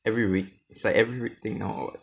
every week it's like every week thing or what